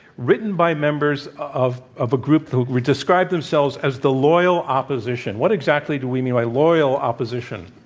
written by members of of a group who would describe themselves as the loyal opposition. what exactly do we mean by loyal opposition?